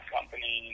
Company